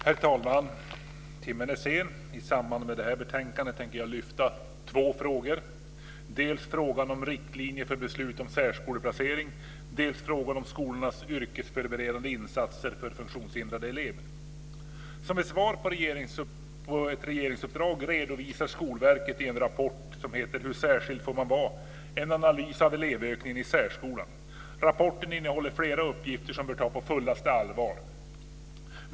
Herr talman! I samband med detta betänkande tänker jag lyfta fram två frågor, dels frågan om riktlinjer för beslut om särskoleplacering, dels frågan om skolornas yrkesförberedande insatser för funktionshindrade elever. Som svar på ett regeringsuppdrag redovisar Skolverket i en rapport som heter Hur särskild får man vara en analys av elevökningen i särskolan. Rapporten innehåller flera uppgifter som bör tas på fullaste allvar.